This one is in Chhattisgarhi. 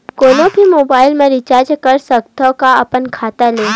कोनो भी मोबाइल मा रिचार्ज कर सकथव का अपन खाता ले?